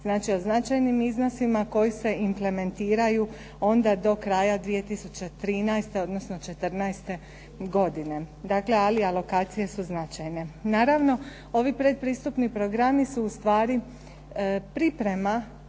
znači o značajnim iznosima koji se implementiraju onda do kraja 2013. odnosno '14. godine. Dakle, ali alokacije su značajne. Naravno, ovi pretpristupni programi su ustvari priprema